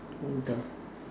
winter